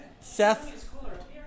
Seth